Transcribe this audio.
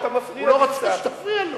חבר הכנסת בר-און, הוא לא רוצה שתפריע לו.